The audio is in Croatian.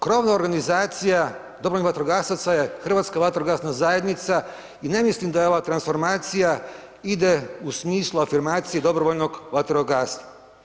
Krovna organizacija dobrovoljnih vatrogasaca je Hrvatska vatrogasna zajednica i ne mislim da ova transformacija ide u smislu afirmacije i dobrovoljnog vatrogastva.